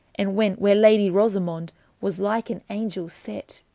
and wente where ladye rosamonde was like an angell sette.